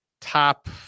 top